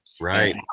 Right